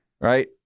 Right